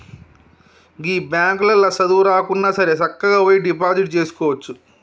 గీ బాంకులల్ల సదువు రాకున్నాసరే సక్కగవోయి డిపాజిట్ జేసుకోవచ్చు